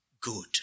good